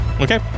Okay